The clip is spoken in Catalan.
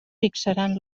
fixaran